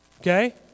Okay